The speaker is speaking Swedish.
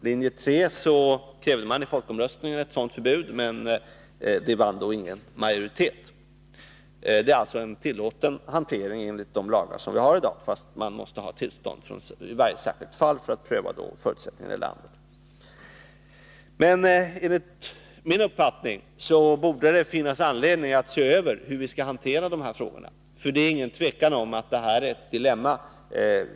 Linje 3 krävde i folkomröstningen ett sådant förbud, men det vann ingen majoritet. Det är alltså en tillåten hantering enligt de lagar vi har i dag. Man måste emellertid ha tillstånd i varje särskilt fall för att pröva förutsättningarna i landet. Enligt min uppfattning borde det finnas anledning att se över hur vi skall hantera dessa frågor. Det är inget tvivel om att detta är ett dilemma.